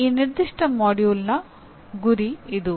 ಈ ನಿರ್ದಿಷ್ಟ ಪಠ್ಯಕ್ರಮದ ಗುರಿ ಇದು